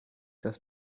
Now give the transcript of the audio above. das